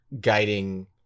guiding